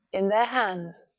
in their hands.